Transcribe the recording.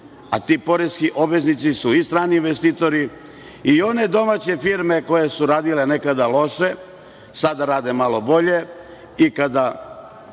a ti poreski obveznici su i strani investitori i one domaće firme koje su radile nekada loše, a sada rade malo bolje, i kada